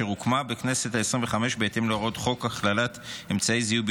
אשר הוקמה בכנסת העשרים-וחמש בהתאם להוראות חוק הכללת אמצעי זיהוי